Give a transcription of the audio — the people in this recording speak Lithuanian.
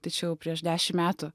tai čia jau prieš dešim metų